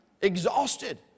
exhausted